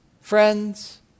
friends